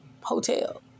hotel